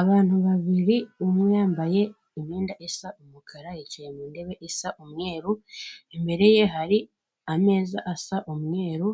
Abantu babiri umwe yambaye imyenda isa umukara yicaye mu ntebe isa umweru imbere ye hari ameza asa umweru